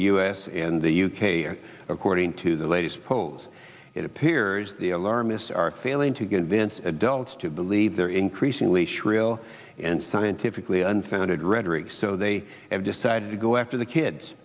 s and the u k or according to the latest polls it appears the alarmists are failing to given adults to believe their increasingly shrill and scientifically unfounded rhetoric so they have decided to go after the kids